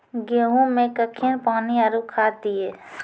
गेहूँ मे कखेन पानी आरु खाद दिये?